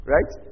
Right